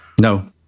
No